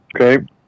Okay